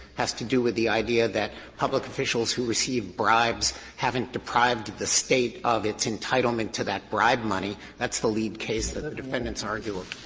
has to do with the idea that public officials who receive bribes haven't deprived the state of its entitlement to that bribe money that's the lead case that the defendants argue. ah